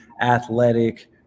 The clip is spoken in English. athletic